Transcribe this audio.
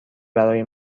برای